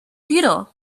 futile